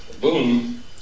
boom